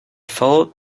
followed